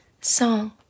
song